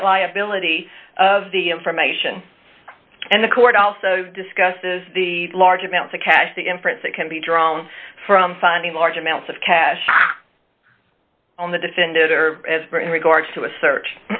right liability of the information and the court also discusses the large amounts of cash the inference that can be drawn from finding large amounts of cash on the defendant or in regards to a search